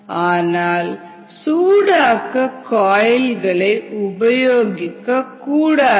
ஆனால் சூடாக்க காயில்கள் உபயோகிக்கக்கூடாது